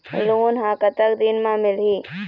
Loan ह कतक दिन मा मिलही?